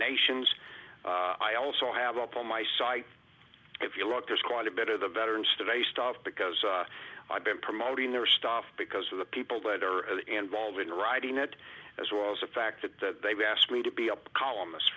nations i also have up on my site if you look there's quite a bit of the veterans today stuff because i've been promoting their stuff because of the people that are involved in writing it as well as the fact that they've asked me to be a columnist